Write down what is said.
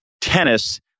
tennis